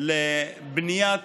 לבניית